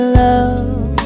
love